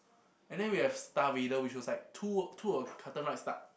and then we have star vader which was like two two a carton right stuck